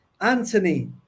Anthony